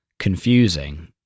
confusing